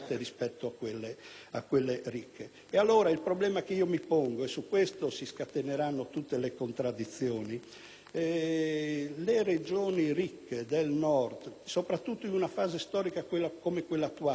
ricche. Il problema che mi pongo, e su questo si scateneranno tutte le contraddizioni, è il seguente: le regioni ricche del Nord - soprattutto in una fase storica come quella attuale di forte crisi economica, di riduzione del